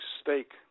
stake